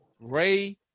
Ray